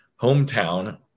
hometown